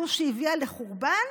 זו שהביאה לחורבן,